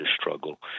struggle